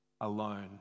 alone